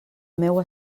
meua